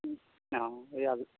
অ'